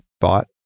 bought